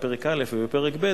בפרק א' ובפרק ב'.